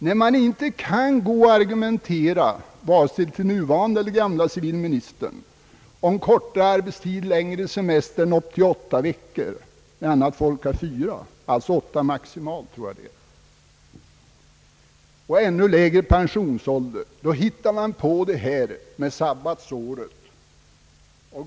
När man inte kan argumentera vare sig hos den nuvarande eller den förutvarande civilministern om kortare arbetstid, längre semester än upp till maximalt åtta veckor och ännu lägre pensionsålder, hittar man på detta med sabbatsår.